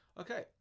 Okay